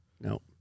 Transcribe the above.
No